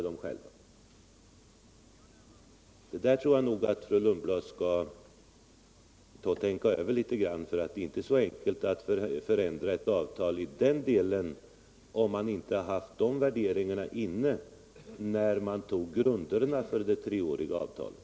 Det där tror jag att fru Lundblad bör tänka över litet grand, för det är inte så enkelt att förändra ett avtal i den delen, om inte de värderingarna fanns med när man antog grunderna för det treåriga avtalet.